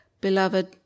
Beloved